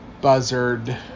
Buzzard